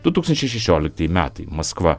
du tūkstančiai šešioliktieji metai maskva